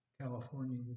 California